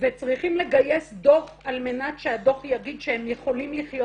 וצריכים לגייס דוח על מנת שהדוח יגיד שהם יכולים לחיות